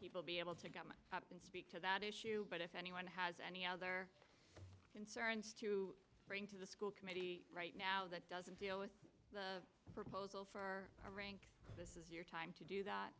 people be able to come and speak to that issue but if anyone has any other concerns to bring to the school committee right now that doesn't deal with the proposal for a race is your time to do that